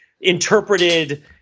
interpreted